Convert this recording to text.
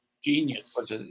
Genius